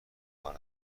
بکار